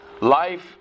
life